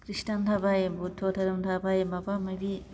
खृष्टान थाबाय बुद्ध धोरोम थाबाय माबा माबि